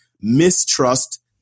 mistrust